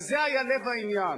וזה היה לב העניין.